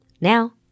Now